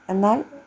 എന്നാൽ